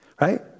Right